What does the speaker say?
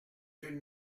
une